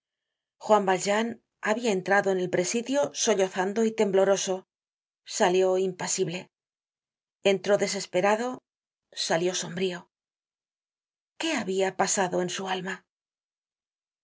juan valjean habia entrado en el presidio sollozando y tembloroso salió impasible entró desesperado salió sombrío qué habia pasado en su alma